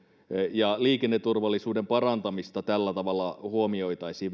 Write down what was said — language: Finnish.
ja liikenneturvallisuuden parantamista tällä tavalla huomioitaisiin